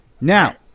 now